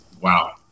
wow